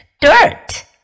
dirt